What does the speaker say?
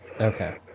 Okay